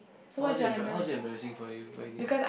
how is it embarra~ how is it embarrassing for you when it's